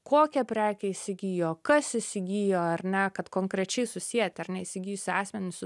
kokią prekę įsigijo kas įsigijo ar ne kad konkrečiai susieti ar ne įsigijusį asmenį susiję su